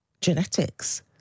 genetics